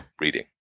reading